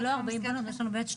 לא 40. יש לנו 12